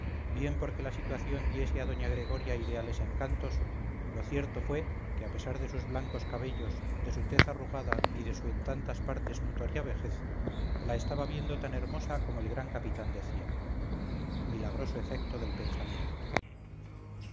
bien porque la situación diese a doña gregoria ideales encantos lo cierto fue que a pesar de sus blancos cabellos de su tez arrugada y de su en tantas partes notoria vejez la estaba viendo tan hermosa comoel gran capitán decía milagroso efecto del pensamiento